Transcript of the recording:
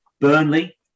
Burnley